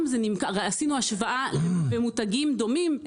עשינו השוואה על מותגים דומים,